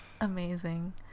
amazing